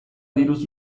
diruz